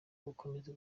gukomeza